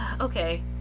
okay